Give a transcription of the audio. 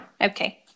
okay